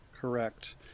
Correct